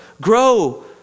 grow